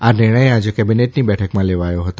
આ નિર્ણય આજે કેબિનેટની બેઠકમાં લેવામાં આવ્યો હતો